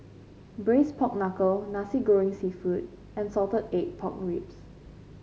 braise Pork Knuckle Nasi Goreng seafood and Salted Egg Pork Ribs